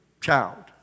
child